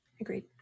Agreed